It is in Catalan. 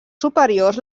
superiors